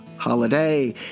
Holiday